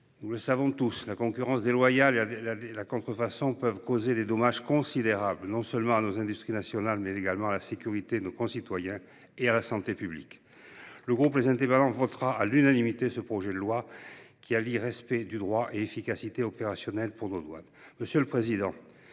Nous le savons tous, la concurrence déloyale et la contrefaçon peuvent causer des dommages considérables non seulement à nos industries nationales, mais également à la sécurité de nos concitoyens et à la santé publique. Le groupe Les Indépendants votera à l’unanimité ce projet de loi, qui allie respect du droit et efficacité opérationnelle pour nos douanes.